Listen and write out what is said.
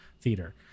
theater